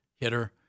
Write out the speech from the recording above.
hitter